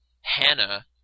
Hannah